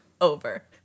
over